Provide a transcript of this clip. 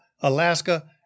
Alaska